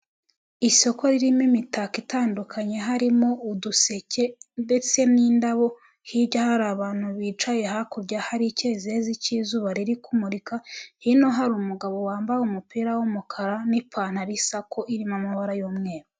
isoko ririmo imitako itandukanye harimo uduseke ndetse n'indabo hirya hari abantu bicaye hakurya hari icyezezi cy'izuba riri kumurika hino hari umugabo wambaye umupira w'umukara n'ipantaro isa ko irimo amabara y'umweru.